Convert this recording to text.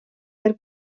fer